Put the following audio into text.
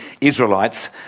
Israelites